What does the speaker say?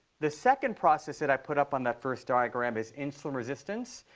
the second process that i put up on that first diagram is insulin resistance.